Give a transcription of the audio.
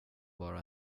bara